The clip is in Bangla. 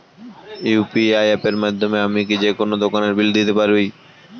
ইউ.পি.আই অ্যাপের মাধ্যমে আমি কি যেকোনো দোকানের বিল দিতে পারবো?